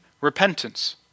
repentance